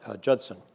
Judson